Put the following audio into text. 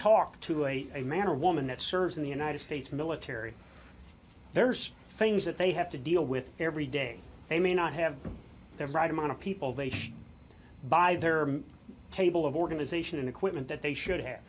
talk to a a man or woman that serves in the united states military there's things that they have to deal with every day they may not have the right amount of people they should by their table of organization and equipment that they should have